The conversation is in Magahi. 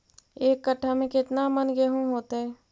एक कट्ठा में केतना मन गेहूं होतै?